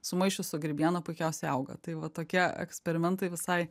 sumaišius su grybiena puikiausiai auga tai va tokie eksperimentai visai